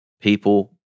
people